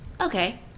Okay